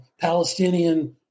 Palestinian